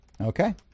Okay